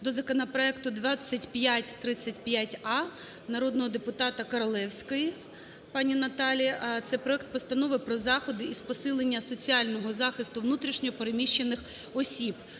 до законопроекту 2535а народного депутата Королевської пані Наталії. Це проект Постанови про заходи із посилення соціального захисту внутрішньо переміщених осіб.